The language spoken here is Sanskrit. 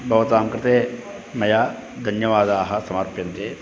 भवतां कृते मया धन्यवादाः समार्प्यन्ते